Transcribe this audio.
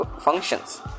functions